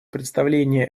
представление